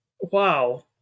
wow